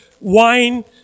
wine